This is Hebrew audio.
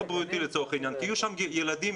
כי יש כאן גם קנסות ואחריות פלילית.